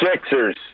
Sixers